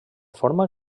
forma